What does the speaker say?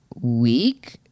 week